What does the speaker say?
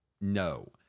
No